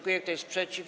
Kto jest przeciw?